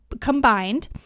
combined